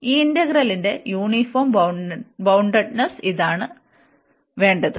ഈ ഇന്റഗ്രലിന്റെ യൂണിഫോം ബൌണ്ടഡ്നെസ്സ്ന് ഇതാണ് വേണ്ടത്